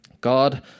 God